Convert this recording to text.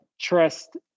trust